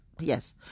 Yes